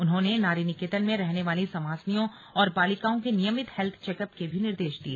उन्होंने नारी निकेतन में रहने वाली संवासनियों और बालिकाओं के नियमित हेत्थ चैकअप के भी निर्देश दिए